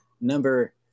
number